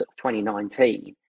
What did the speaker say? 2019